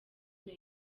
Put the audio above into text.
muri